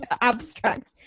abstract